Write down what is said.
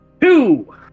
Two